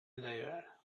driver